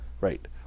Right